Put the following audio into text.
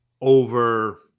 over